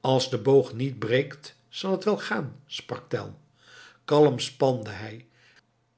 als de boog niet breekt zal het wel gaan sprak tell kalm spande hij